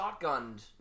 shotgunned